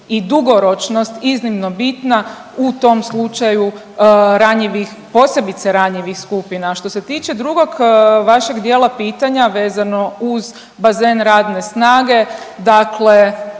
i dugoročnost iznimno bitna u tom slučaju ranjivih, posebice ranjivih skupina. A što se tiče drugog vašeg dijela pitanja, vezano uz bazen radne snage, dakle